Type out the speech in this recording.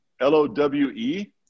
L-O-W-E